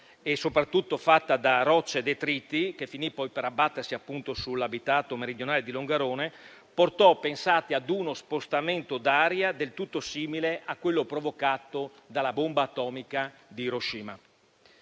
soprattutto fatta da rocce e detriti, che finì poi per abbattersi sull'abitato meridionale di Longarone, portò a uno spostamento d'aria del tutto simile a quello provocato dalla bomba atomica di Hiroshima.